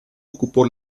ocupó